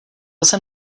jsem